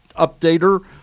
updater